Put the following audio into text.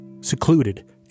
secluded